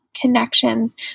connections